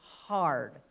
hard